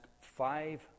five